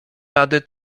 rady